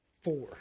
Four